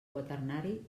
quaternari